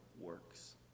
works